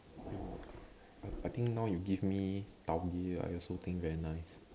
you I think now you give me tau-gee I also think very nice